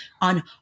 on